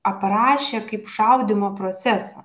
aprašė kaip šaudymo procesą